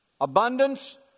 abundance